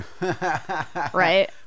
Right